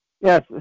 Yes